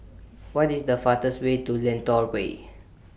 What IS The fastest Way to Lentor Way